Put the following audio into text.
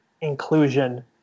inclusion